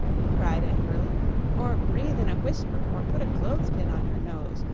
he cried angrily or breathe in a whisper or put a clothes-pin on your nose.